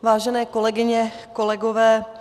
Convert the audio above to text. Vážené kolegyně, kolegové.